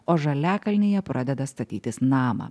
o žaliakalnyje pradeda statytis namą